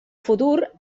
futur